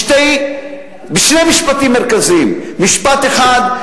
בשני משפטים מרכזיים: משפט אחד,